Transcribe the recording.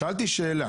שאלתי שאלה,